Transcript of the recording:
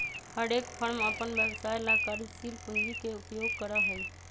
हर एक फर्म अपन व्यवसाय ला कार्यशील पूंजी के उपयोग करा हई